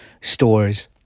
stores